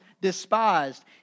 despised